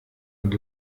und